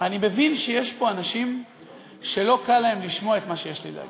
אני מבין שיש פה אנשים שלא קל להם לשמוע את מה שיש לי להגיד.